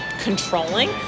controlling